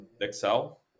Excel